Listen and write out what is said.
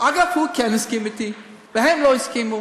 אגב, הוא כן הסכים אתי, והם לא הסכימו.